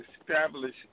establish